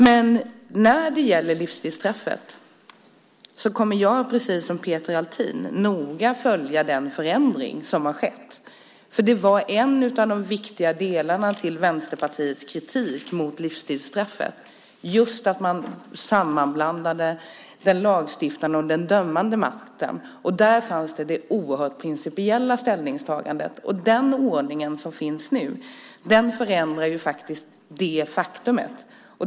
Men när det gäller livstidsstraffet kommer jag, precis som Peter Althin, att noga följa den förändring som har skett. En av de viktiga delarna i Vänsterpartiets kritik mot livstidsstraffet var just att man i fråga om detta blandade samman den lagstiftande och den dömande makten. Där fanns det oerhört principiella ställningstagandet. Den ordning som finns nu förändrar faktiskt detta faktum.